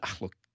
look